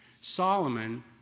Solomon